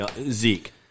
Zeke